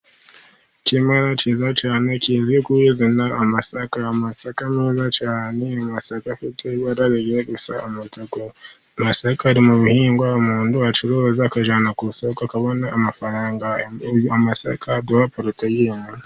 ikimara kizacan ki guhigana amasaka amasaka m menshi cyane in masaga yararabeye gusa amasaka ari mu bihingwa umuntu acuruza akajana akabonakaduha porota